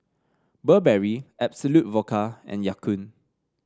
Burberry Absolut Vodka and Ya Kun